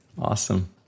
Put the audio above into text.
Awesome